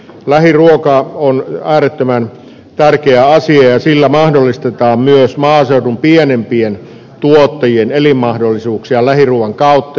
lähiruoka on äärettömän tärkeä asia ja lähiruuan kautta mahdollistetaan myös maaseudun pienempien tuottajien elinmahdollisuuksia